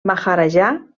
maharajà